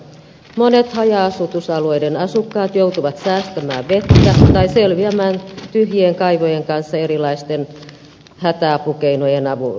monet haja asutusalueiden asukkaat joutuvat säästämään vettä tai selviämään tyhjien kaivojen kanssa erilaisten hätäapukeinojen avulla